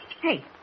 Hey